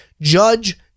Judge